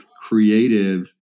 creative